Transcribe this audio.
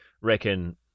reckon